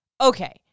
Okay